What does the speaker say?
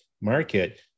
market